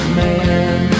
man